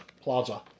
Plaza